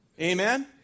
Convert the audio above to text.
Amen